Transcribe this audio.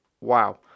wow